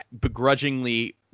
begrudgingly